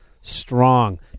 Strong